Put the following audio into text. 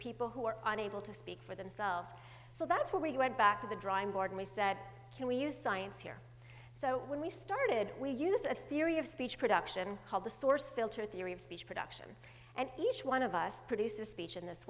people who are unable to speak for themselves so that's why we went back to the drawing board with that can we use science here so when we started we use a theory of speech production called the source filter theory of speech production and each one of us produces speech in this